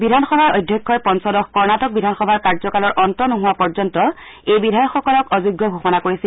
বিধানসভাৰ অধ্যক্ষই পঞ্চদশ কৰ্ণটক বিধানসভাৰ কাৰ্যকালৰ অন্ত নোহোৱাপৰ্যন্ত এই বিধায়কসকলক অযোগ্য ঘোষণা কৰিছিল